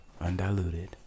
Undiluted